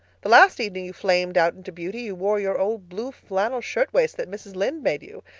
the last evening you flamed out into beauty you wore your old blue flannel shirtwaist that mrs. lynde made you.